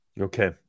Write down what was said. Okay